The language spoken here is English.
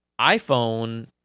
iPhone